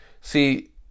See